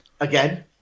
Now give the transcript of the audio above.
Again